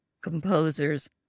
composers